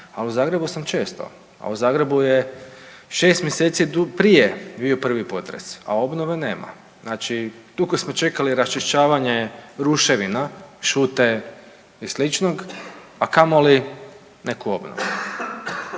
ali u Zagrebu sam često. A u Zagrebu je 6 mjeseci prije bio prvi potres, a obnove nema. Znači dugo smo čekali raščišćavanje ruševina, šute i sličnog a kamoli neku obnovu.